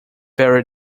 very